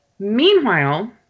Meanwhile